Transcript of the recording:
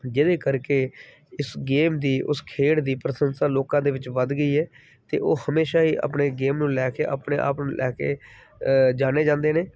ਜਿਹਦੇ ਕਰਕੇ ਇਸ ਗੇਮ ਦੀ ਉਸ ਖੇਡ ਦੀ ਪ੍ਰਸੰਸਾ ਲੋਕਾਂ ਦੇ ਵਿੱਚ ਵੱਧ ਗਈ ਹੈ ਅਤੇ ਉਹ ਹਮੇਸ਼ਾ ਹੀ ਆਪਣੇ ਗੇਮ ਨੂੰ ਲੈ ਕੇ ਆਪਣੇ ਆਪ ਨੂੰ ਲੈ ਕੇ ਜਾਣੇ ਜਾਂਦੇ ਨੇ